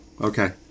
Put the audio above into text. okay